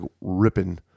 ripping